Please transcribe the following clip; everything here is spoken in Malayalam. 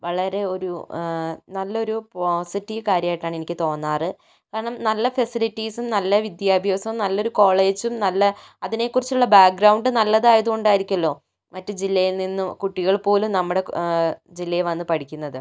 വളരെ ഒരു നല്ലൊരു പോസിറ്റീവ് കാര്യമായിട്ടാണ് എനിക്ക് തോന്നാറ് കാരണം നല്ല ഫെസിലിറ്റീസും നല്ല വിദ്യാഭ്യാസവും നല്ലൊരു കോളേജും നല്ല അതിനെക്കുറിച്ച് കുറിച്ചുള്ള ബാഗ്രൗണ്ടും നല്ലതായത് കൊണ്ട് ആയിരിക്കുമല്ലോ മറ്റു ജില്ലയിൽ നിന്നും കുട്ടികൾ പോലും നമ്മുടെ ജില്ലയിൽ വന്ന് പഠിക്കുന്നത്